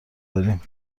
داریم